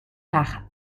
par